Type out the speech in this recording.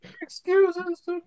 excuses